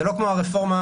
הראל,